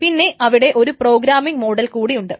പിന്നെ അവിടെ ഒരു പ്രോഗ്രാമിങ്ങ് മോഡൽ കൂടി ഉണ്ട്